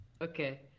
Okay